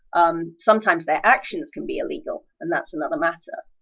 um sometimes their actions can be illegal. and that's another matter.